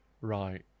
Right